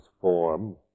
form